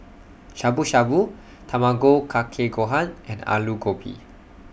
Shabu Shabu Tamago Kake Gohan and Alu Gobi